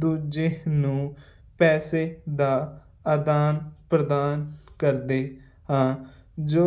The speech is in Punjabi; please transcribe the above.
ਦੂਜੇ ਨੂੰ ਪੈਸੇ ਦਾ ਆਦਾਨ ਪ੍ਰਦਾਨ ਕਰਦੇ ਹਾਂ ਜੋ